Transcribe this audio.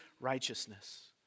righteousness